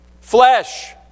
Flesh